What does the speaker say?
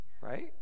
Right